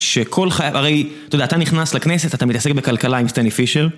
שכל חיי... , הרי אתה יודע אתה נכנס לכנסת, אתה מתעסק בכלכלה עם סטנלי פישר